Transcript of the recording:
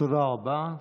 תודה רבה.